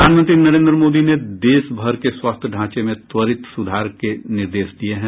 प्रधानमंत्री नरेन्द्र मोदी ने देशभर के स्वास्थ्य ढांचे में त्वरित सुधार के निर्देश दिए हैं